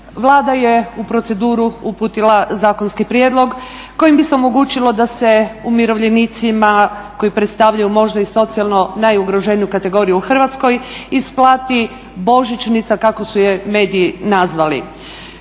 Vlada je u proceduru uputila zakonski prijedlog kojim bi se omogućilo da se umirovljenicima koji predstavljaju možda i socijalno najugroženiju kategoriju u Hrvatskoj isplati božićnica kako su je mediji nazvali